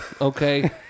okay